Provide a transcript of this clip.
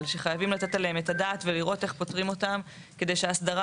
שחייבים לתת עליהן את הדעת ולראות איך פותרים אותם כדי שההסדרה